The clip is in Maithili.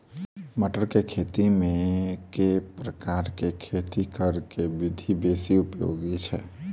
मटर केँ खेती मे केँ प्रकार केँ खेती करऽ केँ विधि बेसी उपयोगी छै?